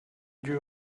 drew